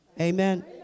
Amen